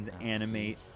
animate